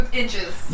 inches